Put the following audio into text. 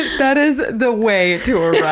that is the way to